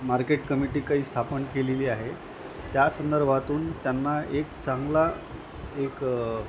market committee काही स्थापन केलेली आहे त्या संदर्भातून त्यांना एक चांगला एक